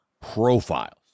profiles